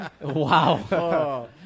Wow